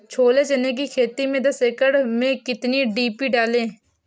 छोले चने की खेती में दस एकड़ में कितनी डी.पी डालें?